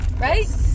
right